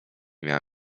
miała